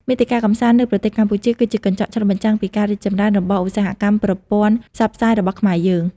មាតិកាកម្សាន្តនៅប្រទេសកម្ពុជាគឺជាកញ្ចក់ឆ្លុះបញ្ចាំងពីការរីកចម្រើនរបស់ឧស្សាហកម្មប្រព័ន្ធផ្សព្វផ្សាយរបស់ខ្មែរយើង។